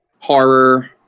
Horror